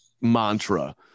mantra